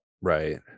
right